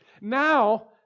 Now